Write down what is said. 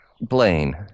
Blaine